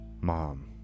Mom